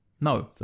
No